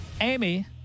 Amy